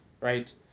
Right